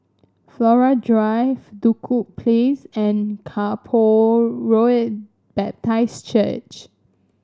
Flora Drive Duku Place and Kay Poh Road Baptist Church